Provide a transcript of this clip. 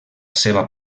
seva